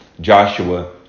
Joshua